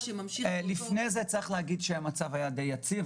לפני זה המצב היה די יציב,